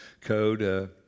code